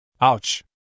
Ouch